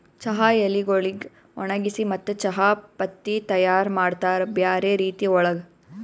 ಚಹಾ ಎಲಿಗೊಳಿಗ್ ಒಣಗಿಸಿ ಮತ್ತ ಚಹಾ ಪತ್ತಿ ತೈಯಾರ್ ಮಾಡ್ತಾರ್ ಬ್ಯಾರೆ ರೀತಿ ಒಳಗ್